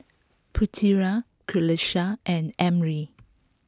Putera Qalisha and Ammir